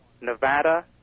Nevada